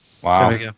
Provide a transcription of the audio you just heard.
Wow